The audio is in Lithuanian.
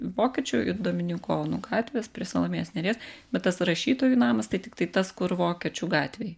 vokiečių dominikonų gatvės prie salomėjos nėries bet tas rašytojų namas tai tiktai tas kur vokiečių gatvėj